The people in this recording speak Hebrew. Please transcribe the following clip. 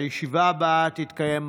הישיבה הבאה תתקיים מחר,